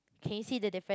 can you see the difference